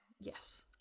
Yes